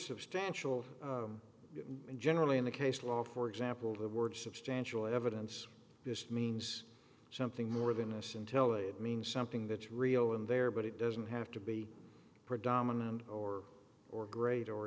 substantial and generally in the case law for example the word substantial evidence just means something more than us until it means something that's real in there but it doesn't have to be predominant or or great or